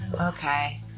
okay